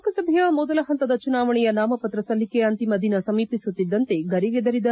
ಲೋಕಸಭೆಯ ಮೊದಲ ಹಂತದ ಚುನಾವಣೆಯ ನಾಮಪತ್ರ ಸಲ್ಲಿಕೆ ಅಂತಿಮ ದಿನ ಸಮೀಪಿಸುತ್ತಿದ್ದಂತೆ ಗರಿಗೆದರಿದ ರಾಜಕೀಯ ಚಟುವಟಕೆ